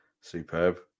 Superb